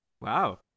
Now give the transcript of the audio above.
Wow